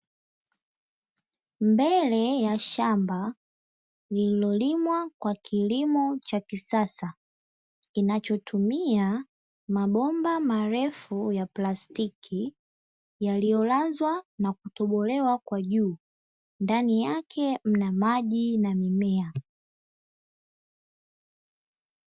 Mbele ya shamba lilolimwa kwa kilimo cha kisasa, kinachotumia mabomba marefu ya plastiki, yaliyolazwa na kutobolewa kwa juu ndani yake mna maji na mimea.